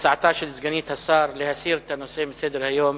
הצעתה של סגנית השר להסיר את הנושא מסדר-היום